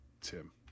Tim